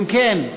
אם כן,